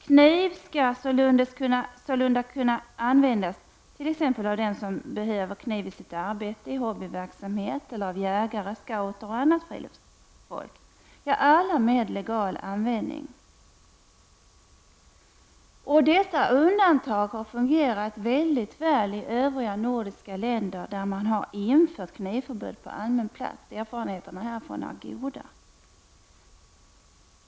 Kniv skall således kunna användas av den som behöver kniven i sitt arbete och i hobbyverksamhet. Den skall också kunna användas av jägare, scouter och annat friluftsfolk, ja av alla som använder den på ett legalt sätt. Dessa undantag har fungerat mycket väl i övriga nordiska länder där man har infört knivförbud på allmän plats. Erfarenheterna är således goda.